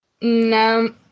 No